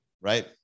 right